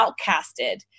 outcasted